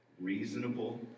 reasonable